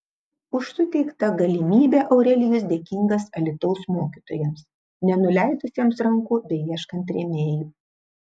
už suteiktą galimybę aurelijus dėkingas alytaus mokytojams nenuleidusiems rankų beieškant rėmėjų